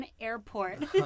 Airport